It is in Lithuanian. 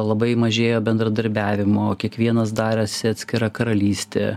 labai mažėjo bendradarbiavimo kiekvienas darėsi atskira karalystė